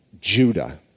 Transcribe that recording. Judah